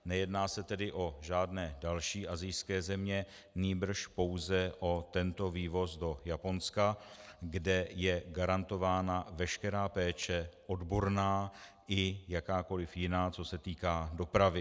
Nejedná se tedy o žádné další asijské země, nýbrž pouze o tento vývoz do Japonska, kde je garantována veškerá péče odborná i jakákoliv jiná, co se týká dopravy.